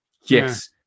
Yes